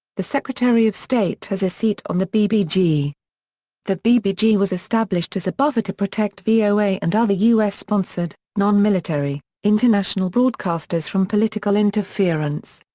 the secretary of state has a seat on the bbg. the bbg was established as a buffer to protect voa and other u s sponsored, non-military, international broadcasters from political interference.